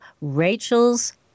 Rachel's